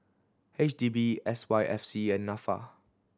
H D B S Y F C and Nafa